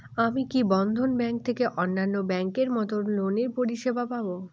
আমি কি বন্ধন ব্যাংক থেকে অন্যান্য ব্যাংক এর মতন লোনের পরিসেবা পাব?